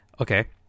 Okay